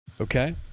Okay